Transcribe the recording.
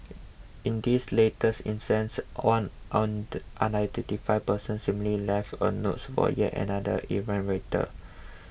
in this latest instance one unidentified person similarly left a note for yet another errant